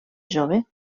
jove